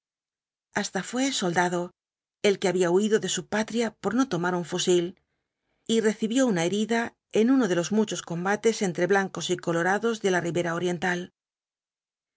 viejo mundo yo sirvo para todo decía si me dan tiempo para ejercitarme hasta fué soldado él que había huido de su patria por no tomar un fusil y recibió una herida en uno de los muchos combates entre blancos y colorados de la ribera oriental